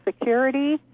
security